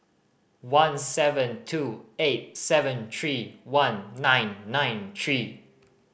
one seven two eight seven three one nine nine three